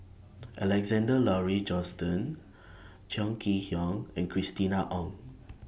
Alexander Laurie Johnston Chong Kee Hiong and Christina Ong